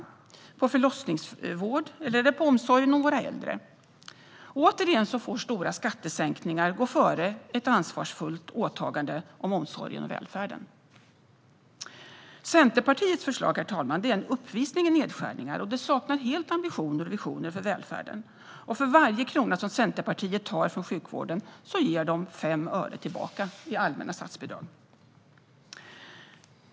Vill man skära ned på förlossningsvård? Är det omsorgen om våra äldre som man vill skära ned på? Återigen får stora skattesänkningar gå före ett ansvarsfullt åtagande för omsorgen och välfärden. Herr talman! Centerpartiets förslag är en uppvisning i nedskärningar och saknar helt ambitioner och visioner för välfärden. För varje krona som Centerpartiet tar från sjukvården ger de 5 öre tillbaka i allmänna statsbidrag.